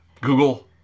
Google